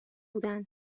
بودن